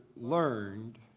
learned